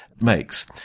makes